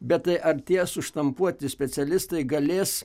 bet tai ar tie suštampuoti specialistai galės